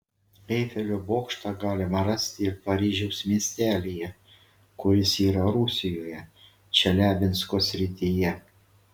eifelio bokštą galima rasti ir paryžiaus miestelyje kuris yra rusijoje čeliabinsko srityje